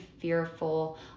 fearful